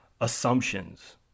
assumptions